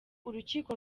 urukiko